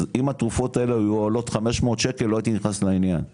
אם התרופות האלה היו האלות 500 שקל לא הייתי נכנסת לעניין בחודש,